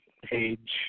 Page